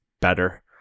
better